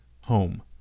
home